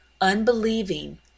unbelieving